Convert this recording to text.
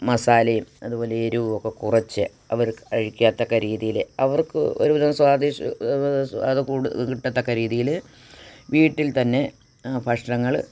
മസാലയും അതുപോലെ എരിവ് ഒക്കെ കുറച്ച് അവർക്ക് കഴിക്കത്തക്ക രീതിയില് അവർക്ക് ഒരുവിധം സ്വാദിഷ് സ്വാദ് കൂടുതൽ കിട്ടത്തക്ക രീതിയില് വീട്ടിൽ തന്നെ ഭക്ഷണങ്ങള്